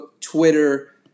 Twitter